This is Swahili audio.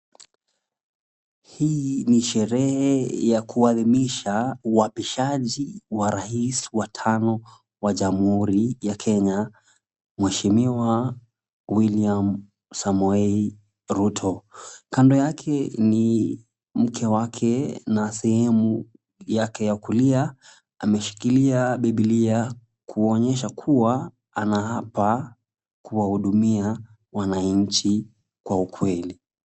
Hii ni sherehe ya kuadhimisha uapishaji wa rais wa tano wa jamhuri ya Kenya, mheshimiwa William Samoei Ruto. Kando yake ni mke wake na sehemu yake ya kulia, ameshikilia bibilia kuonyesha kuwa anaapa kuwahudumia wananchi kwa ukweli.